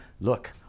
look